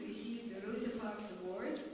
the rosa parks award,